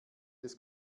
des